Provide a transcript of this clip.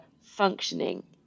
functioning